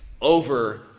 over